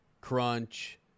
Crunch